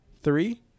three